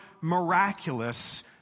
miraculous